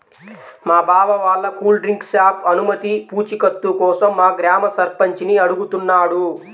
మా బావ వాళ్ళ కూల్ డ్రింక్ షాపు అనుమతి పూచీకత్తు కోసం మా గ్రామ సర్పంచిని అడుగుతున్నాడు